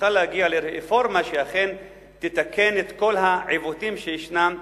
נוכל להגיע לרפורמה שאכן תתקן את כל העיוותים שישנם,